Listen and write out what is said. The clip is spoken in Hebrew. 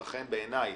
לכן בעיניי,